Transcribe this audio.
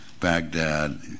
Baghdad